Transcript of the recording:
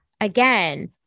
again